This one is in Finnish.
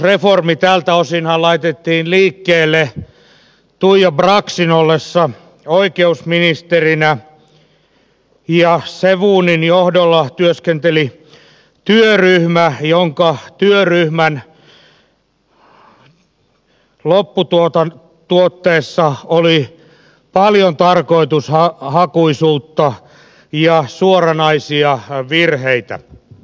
oikeuslaitosreformihan tältä osin laitettiin liikkeelle tuija braxin ollessa oikeusministerinä ja sevonin johdolla työskenteli työryhmä jonka työryhmän lopputuotteessa oli paljon tarkoitushakuisuutta ja suoranaisia virheitä